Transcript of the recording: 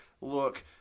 look